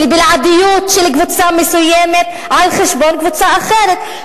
לבלעדיות של קבוצה מסוימת על חשבון קבוצה אחרת.